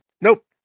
Nope